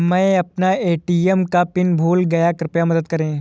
मै अपना ए.टी.एम का पिन भूल गया कृपया मदद करें